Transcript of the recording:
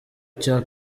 cya